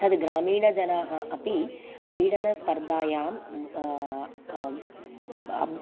तद् ग्रामीणजनाः अपि क्रीडनस्पर्धायां अब्